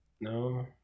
No